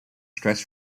stress